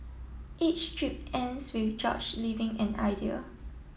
each strip ends with George leaving an idea